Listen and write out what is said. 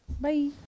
bye